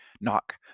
Knock